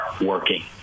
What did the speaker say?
working